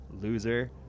loser